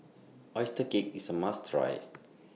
Oyster Cake IS A must Try